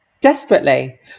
desperately